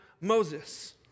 Moses